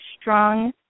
strong